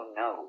no